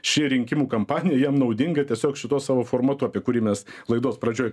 ši rinkimų kampanija jam naudinga tiesiog šituo savo formatu apie kurį mes laidos pradžioj